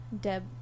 Deb